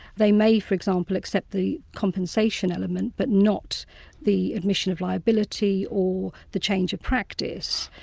they may, for example, accept the compensation element but not the admission of liability or the change of practice,